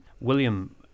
William